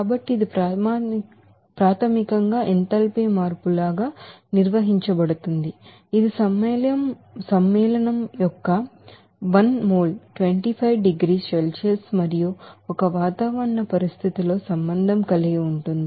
కాబట్టి ఇది ప్రాథమికంగా ఎంథాల్పీ మార్పులుగా నిర్వచించబడుతుంది ఇది సమ్మేళనం యొక్క ఒక మోల్ 25 డిగ్రీల సెల్సియస్ మరియు ఒక వాతావరణ పరిస్థితితో సంబంధం కలిగి ఉంటుంది